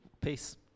peace